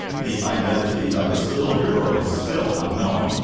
the identity of this little girl is still unknown,